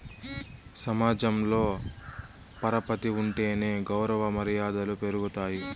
సమాజంలో పరపతి ఉంటేనే గౌరవ మర్యాదలు పెరుగుతాయి